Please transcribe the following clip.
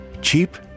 Cheap